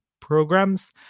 programs